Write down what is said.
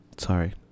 Sorry